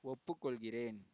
ஒப்புக்கொள்கிறேன்